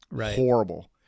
Horrible